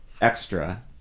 extra